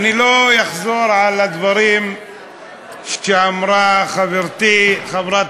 אני לא אחזור על הדברים שאמרה חברתי חברת